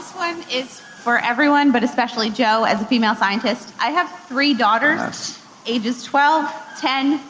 time it's for everyone but especially jo, as a female scientist. i have three daughters ages twelve, ten,